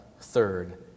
third